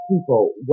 people